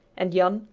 and jan,